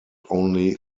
only